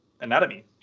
anatomy